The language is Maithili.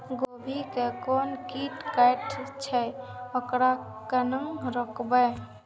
गोभी के कोन कीट कटे छे वकरा केना रोकबे?